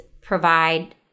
provide